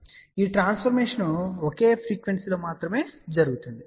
ఇప్పుడు ఈ ట్రాన్స్ఫర్మేషన్ ఒకే ఫ్రీక్వెన్సీ లో మాత్రమే జరుగుతుంది